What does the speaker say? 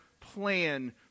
plan